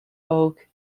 oak